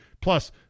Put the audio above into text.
Plus